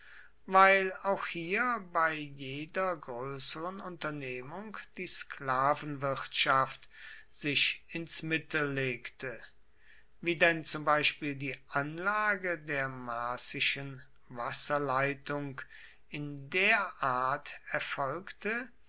weil auch hier bei jeder größeren unternehmung die sklavenwirtschaft sich ins mittel legte wie denn zum beispiel die anlage der marcischen wasserleitung in der art erfolgte